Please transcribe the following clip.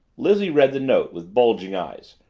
lizzie read the note with bulging eyes,